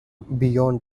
beyond